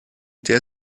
der